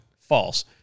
False